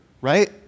right